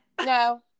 No